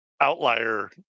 outlier